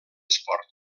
esport